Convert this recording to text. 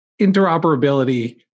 interoperability